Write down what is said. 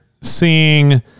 seeing